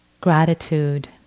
gratitude